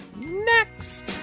Next